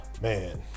man